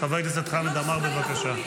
חבר הכנסת חמד עמאר, בבקשה.